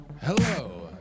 Hello